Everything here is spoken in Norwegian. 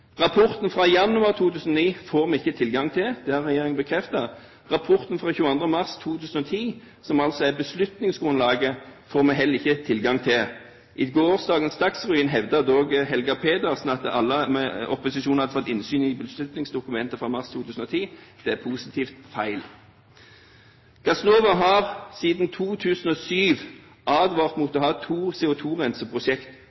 Rapporten fra januar 2009 får vi ikke tilgang til. Det har regjeringen bekreftet. Rapporten fra 22. mars 2010, som altså er beslutningsgrunnlaget, får vi heller ikke tilgang til. I gårsdagens Dagsrevyen hevdet dog Helga Pedersen at opposisjonen hadde fått innsyn i beslutningsdokumentene fra mars 2010. Det er positivt feil. Gassnova har siden 2007 advart